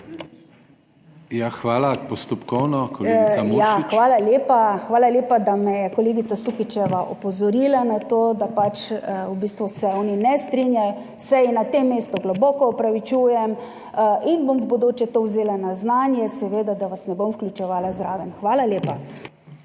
hvala lepa. Hvala lepa, da me je kolegica Sukičeva opozorila na to, da pač v bistvu se oni ne strinjajo, se ji na tem mestu globoko opravičujem in bom v bodoče to vzela na znanje, seveda, da vas ne bom vključevala zraven. Hvala lepa.